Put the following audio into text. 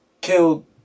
killed